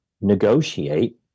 negotiate